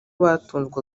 batunzwe